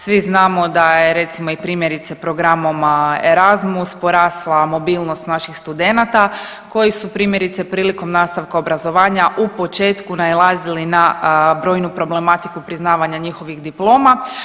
Svi znamo da je recimo i primjerice programom Erasmus porasla mobilnost naših studenata koji su primjerice prilikom nastavka obrazovanja u početku nailazili na broju problematiku priznavanja njihovih diploma.